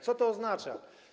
Co to oznacza?